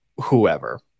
whoever